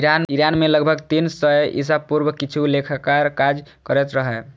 Iran मे लगभग तीन सय ईसा पूर्व किछु लेखाकार काज करैत रहै